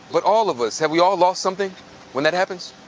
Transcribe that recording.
but all of us, have we all lost something when that happens?